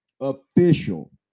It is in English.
official